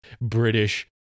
British